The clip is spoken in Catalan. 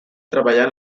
treballar